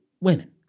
Women